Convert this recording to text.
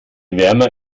wärmer